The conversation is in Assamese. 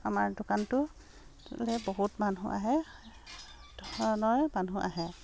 আমাৰ দোকানটো লে বহুত মানুহ আহে ধৰণৰে মানুহ আহে